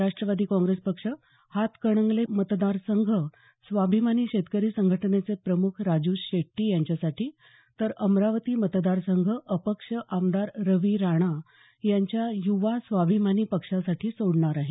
राष्ट्रवादी काँग्रेस पक्ष हातकणंगले मतदार संघ स्वाभिमानी शेतकरी संघटनेचे प्रमुख राजू शेट्टी यांच्यासाठी तर अमरावती मतदार संघ अपक्ष आमदार रवी राणा यांच्या युवा स्वाभिमानी पक्षासाठी सोडणार आहे